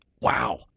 wow